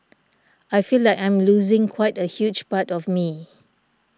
I feel like I'm losing quite a huge part of me